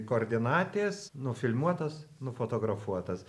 koordinatės nufilmuotas nufotografuotas